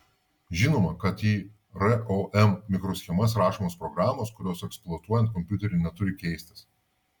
žinoma kad į rom mikroschemas rašomos programos kurios eksploatuojant kompiuterį neturi keistis